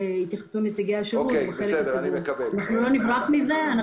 אבל אנחנו לא נברח מזה.